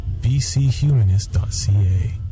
bchumanist.ca